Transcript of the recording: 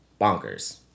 bonkers